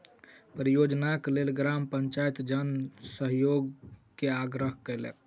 परियोजनाक लेल ग्राम पंचायत जन सहयोग के आग्रह केलकै